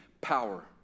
power